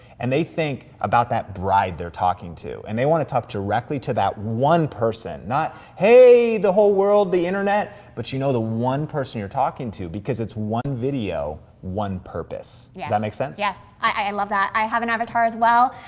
and they think about that bride they're talking to, and they wanna talk directly to that one person, not, hey, the whole world, the internet. but you know the one person you're talking to because it's one video, one purpose. does that make sense? yes, i love that. i have an avatar as well,